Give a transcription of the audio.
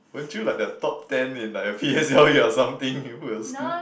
weren't you like the top ten in the p_s_l_e or something school